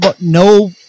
no